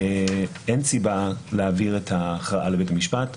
אין סיבה להעביר את ההכרעה לבית המשפט,